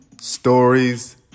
stories